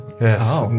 Yes